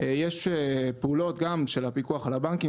יש פעולות - גם של הפיקוח על הבנקים,